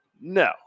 No